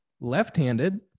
left-handed